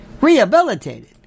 Rehabilitated